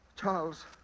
Charles